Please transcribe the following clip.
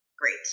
Great